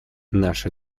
наша